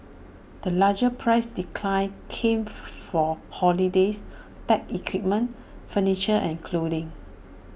the larger price declines came for holidays tech equipment furniture and clothing